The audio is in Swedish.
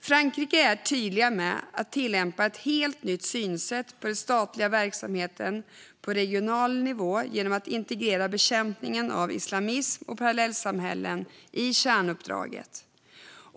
Frankrike är tydligt med att tillämpa ett helt nytt synsätt på den statliga verksamheten på regional nivå genom att integrera bekämpningen av islamism och parallellsamhällen i kärnuppdraget.